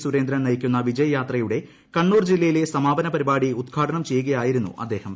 സുരേന്ദ്രൻ നയിക്കുന്ന വിജയ യാത്രയുടെ കണ്ണൂർ ജില്ലിയിലെ സമാപന പരിപാടി ഉദ്ഘാടനം ചെയ്യുകയായിരുന്നു് അദ്ദേഹം